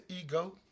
ego